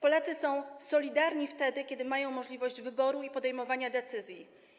Polacy są solidarni wtedy, kiedy mają możliwość wyboru i podejmowania decyzji.